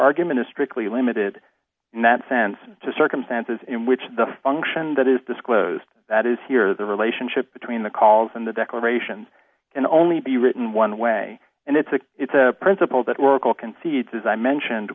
argument is strictly limited in that sense to circumstances in which the function that is disclosed that is here the relationship between the calls and the declarations can only be written one way and it's a it's a principle that work will concede does i mentioned